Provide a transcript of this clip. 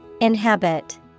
Inhabit